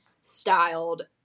styled